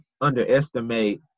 underestimate